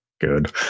Good